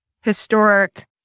historic